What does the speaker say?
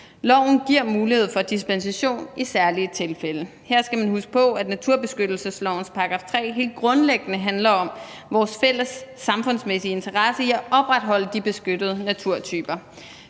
Loven giver mulighed for dispensation i særlige tilfælde. Her skal man huske på, at naturbeskyttelseslovens § 3 helt grundlæggende handler om vores fælles samfundsmæssige interesse i at opretholde de beskyttede naturtyper.